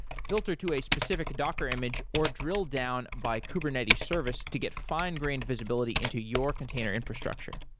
filter to a specific docker image or drill down by kubernetes service to get fine-grained visibility into your container infrastructure.